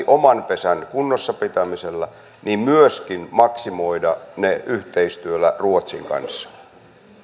oman pesän kunnossa pitämisellä niin myöskin maksimoida ne yhteistyöllä ruotsin kanssa